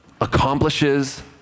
accomplishes